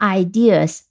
ideas